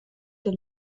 der